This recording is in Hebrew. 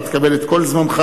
אתה תקבל את כל זמנך,